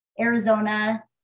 Arizona